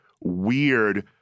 weird